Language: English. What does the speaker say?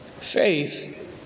Faith